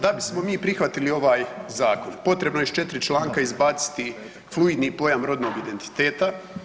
Da bismo mi prihvatili ovaj Zakon potrebno je iz 4 članka izbaciti fluidni pojam rodnog identiteta.